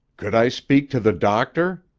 could i speak to the doctor?